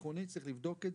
משפחות חיילים שנספו במערכה (תגמולים ושיקום) (תיקון מס' 41)